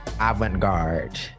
avant-garde